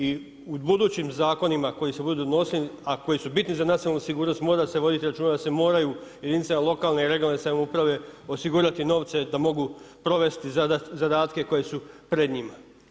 I u budućim zakonima koji se budu nosili, a koji su bitni za nacionalnu sigurnost, mora se voditi računa da se moraju jedinica lokalne i regionalne samouprave osigurati novce da mogu provesti zadatke koji su pred njima.